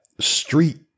Street